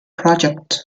project